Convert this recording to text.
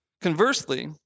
Conversely